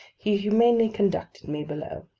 he humanely conducted me below.